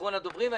אחרון הדוברים,